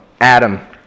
Adam